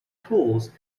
tools